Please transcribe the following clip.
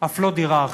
אף לא דירה אחת.